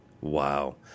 Wow